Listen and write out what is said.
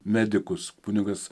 medikus kunigas